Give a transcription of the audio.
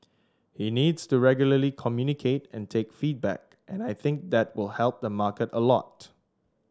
he needs to regularly communicate and take feedback and I think that will help the market a lot